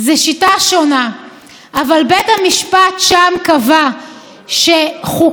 אבל בית המשפט שם קבע שחוקה זה הליך פוליטי,